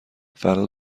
فردا